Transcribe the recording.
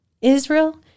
Israel